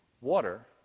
Water